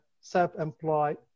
self-employed